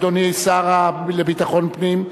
אדוני השר לביטחון הפנים,